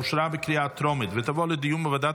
אושרה בקריאה טרומית ותעבור לדיון בוועדת